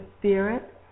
spirit